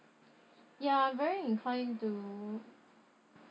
ya I'm very inclined to